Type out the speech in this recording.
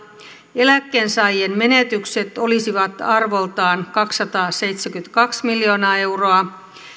eläkkeensaajien menetykset olisivat arvoltaan kaksisataaseitsemänkymmentäkaksi miljoonaa euroa